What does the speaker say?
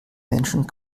menschen